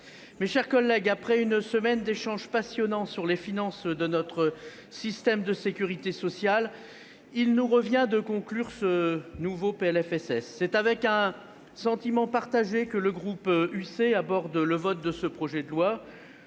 son travail. Après une semaine d'échanges passionnants sur les finances de notre système de sécurité sociale, il nous revient de conclure l'examen de ce nouveau PLFSS. C'est avec un sentiment partagé que le groupe Union Centriste aborde le vote de ce projet de loi.